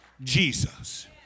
Jesus